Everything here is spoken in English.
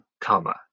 comma